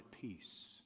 peace